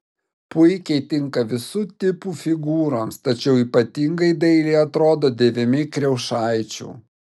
puikiai tinka visų tipų figūroms tačiau ypatingai dailiai atrodo dėvimi kriaušaičių